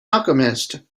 alchemist